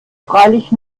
freilich